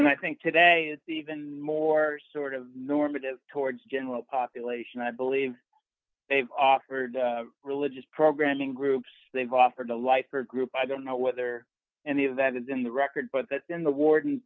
and i think today it's even more sort of normative towards general population i believe they've offered religious programming groups they've offered a life for a group i don't know whether any of that is in the record but that then the warden